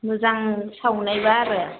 मोजां सावनायब्ला आरो